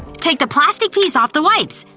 take the plastic piece off the wipes.